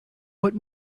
but